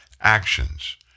actions